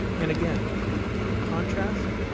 and again contrast,